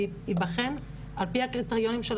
ולכן זה מאוד בעייתי.